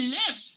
live